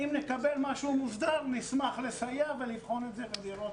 אם נקבל משהו מוסדר, נשמח לסייע ולבחון ולראות.